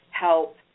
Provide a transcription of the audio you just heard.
help